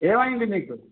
ఏమైంది మీకు